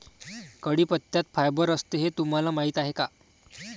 कढीपत्त्यात फायबर असते हे तुम्हाला माहीत आहे का?